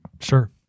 Sure